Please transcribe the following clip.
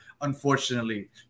unfortunately